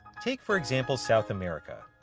take, for example, south america.